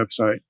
website